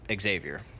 Xavier